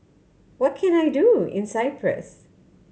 what can I do in Cyprus